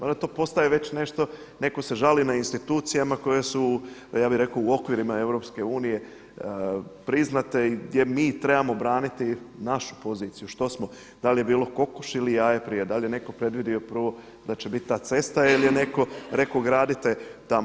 Onda to postaje već nešto, netko se žali na institucijama koje su ja bih rekao u okvirima Europske unije priznate i gdje mi trebamo braniti našu poziciju što smo, da li je bilo kokoš ili jaje prije, da li je netko predvidio prvo da će biti ta cesta ili je netko rekao gradite tamo.